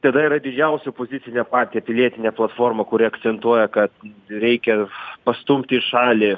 tada yra didžiausia opozicinė partija pilietinė platforma kuri akcentuoja kad reikia pastumti į šalį